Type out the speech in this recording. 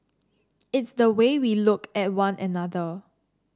it's the way we look at one another